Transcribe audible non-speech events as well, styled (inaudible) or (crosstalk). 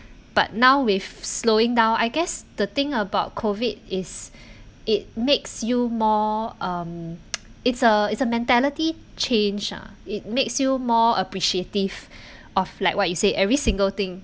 but now with slowing down I guess the thing about COVID is it makes you more um (noise) it's a it's a mentality change ah it makes you more appreciative of like what you say every single thing